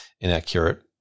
inaccurate